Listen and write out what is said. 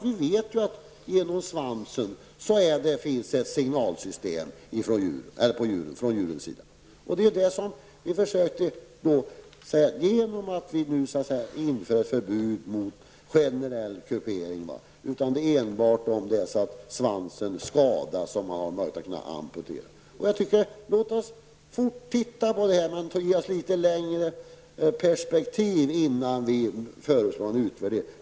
Vi vet att det finns ett signalsystem där djuren använder svansen. Nu har vi ett förbud mot generell kupering. Det är enbart om svansen skadas som det finns möjlighet att amputera. Låt oss se på detta i ett litet längre perspektiv innan vi gör någon utvärdering.